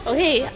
Okay